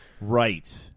Right